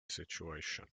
situation